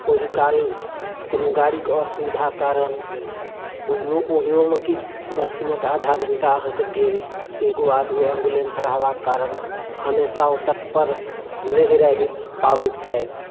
ओहिकाल कोनो गाड़ीके असुविधाक कारण ओहियो ओहियोमे किछु दस मिनट आधा घंटा आहाँ के गेल एगो आध गो एम्बुलेन्स रहबाक कारण हमेशा ओ तत्पर नहि रहि पाबैत छथि